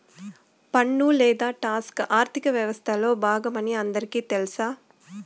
పన్ను లేదా టాక్స్ ఆర్థిక వ్యవస్తలో బాగమని అందరికీ తెల్స